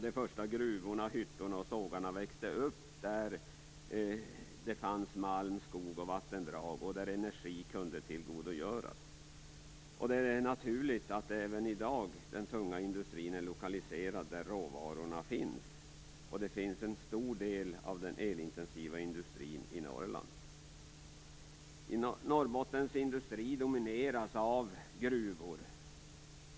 De första gruvorna, hyttorna och sågarna växte upp där det fanns malm, skog och vattendrag och där energin kunde tillgodogöras. Det är naturligt att den tunga industrin även i dag är lokaliserad där råvarorna finns. En stor del av den elintensiva industrin finns i Norrland. Norrbottens industrier domineras av gruvor.